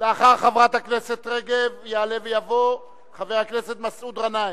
לאחר חברת הכנסת רגב יעלה ויבוא חבר הכנסת מסעוד גנאים,